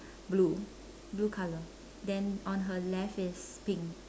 blue blue color then on her left is pink